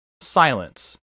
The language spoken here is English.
silence